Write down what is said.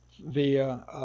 via